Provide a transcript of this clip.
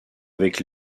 avec